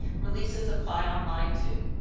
releases apply online too.